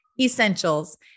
essentials